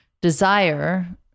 desire